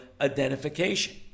identification